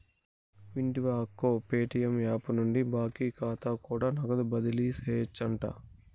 వింటివా అక్కో, Paytm app నుండి బాకీ కాతా కూడా నగదు బదిలీ సేయొచ్చంట